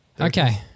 Okay